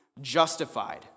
justified